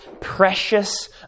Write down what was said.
precious